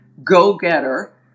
go-getter